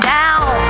down